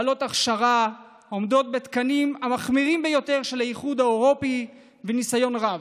בעלות הכשרה העומדת בתקנים המחמירים של האיחוד האירופי וניסיון רב.